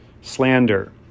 Slander